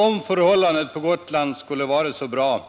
Om förhållandena på Gotland i fråga